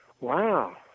wow